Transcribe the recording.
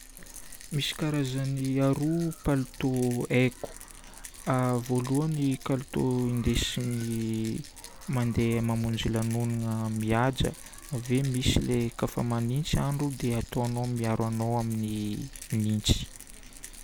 Misy karazagny aroa palotô haiko. Voalohany palotô indesigna mamonjy lanonana mihaja. Ave misy le kafa manintsy ny andro dia ataonao miaro anao amin'ny nintsy.